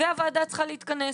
הוועדה צריכה להתכנס.